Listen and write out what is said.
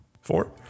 four